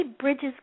bridges